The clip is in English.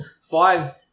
Five